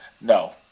No